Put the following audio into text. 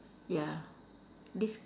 ya this